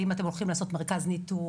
האם אתם הולכים לעשות מרכז ניטור?